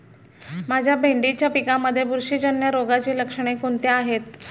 माझ्या भेंडीच्या पिकामध्ये बुरशीजन्य रोगाची लक्षणे कोणती आहेत?